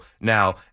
now